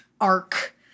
arc